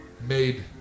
made